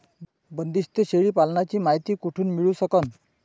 बंदीस्त शेळी पालनाची मायती कुठून मिळू सकन?